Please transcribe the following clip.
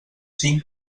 cinc